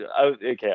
Okay